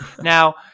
now